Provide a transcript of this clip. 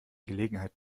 gelegenheit